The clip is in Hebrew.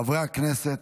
חברי הכנסת,